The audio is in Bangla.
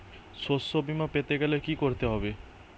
শষ্যবীমা পেতে গেলে কি করতে হবে?